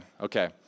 okay